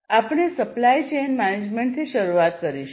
આપણે supply chain મેનેજમેન્ટથી શરૂઆત કરીશું